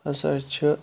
ہسا چھِ